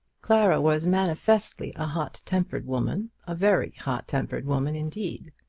clara was manifestly a hot-tempered woman a very hot-tempered woman indeed!